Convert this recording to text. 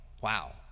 Wow